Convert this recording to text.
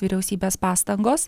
vyriausybės pastangos